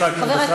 יצחק מרדכי.